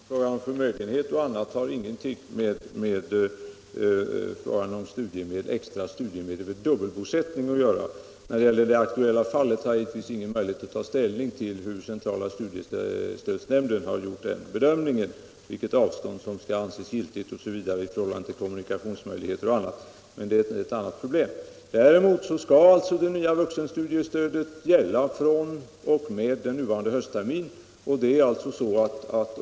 Herr talman! Frågan om förmögenhet och annat sådant har ingenting med de extra studiemedlen vid dubbelbosättning att göra. Jag har givetvis ingen möjlighet att ta ställning till hur centrala stu diestödsnämnden har gjort bedömningen i det aktuella fallet — vilket avstånd som skall anses giltigt i förhållande till kommunikationsmöjligheter och annat. Däremot kan jag säga att det nya vuxenstudiestödet skall gälla fr.o.m. nuvarande hösttermin.